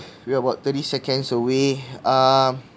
we are about thirty seconds away um